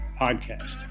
Podcast